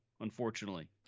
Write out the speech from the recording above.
unfortunately